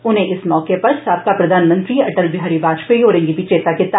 उनें इस मोके उप्पर साबका प्रधानमंत्री अटल बिहारी वाजपेई होरें गी बी चेता कीता